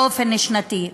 באופן שנתי.